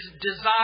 desire